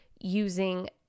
using